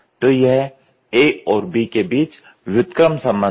तो यह A और B के बीच व्युत क्रम संबंध है